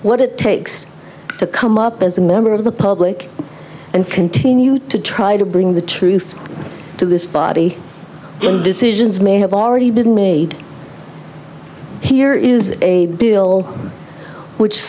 what it takes to come up as a member of the public and continue to try to bring the truth to this body and decisions may have already been made here is a bill which